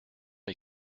mes